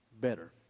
better